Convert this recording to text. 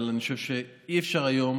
אבל אני חושב שאי-אפשר היום